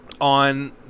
on